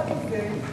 עם זה,